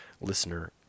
listener